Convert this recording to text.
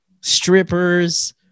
strippers